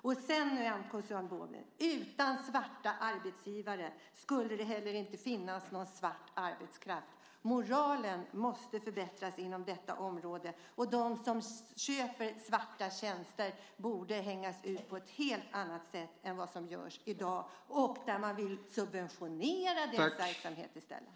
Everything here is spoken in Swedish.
Nyamko Sabuni, utan svarta arbetsgivare skulle det inte heller finnas någon svart arbetskraft. Moralen måste förbättras inom detta område. De som köper svarta tjänster borde hängas ut på ett helt annat sätt än vad som görs i dag. Man vill subventionera deras verksamhet i stället.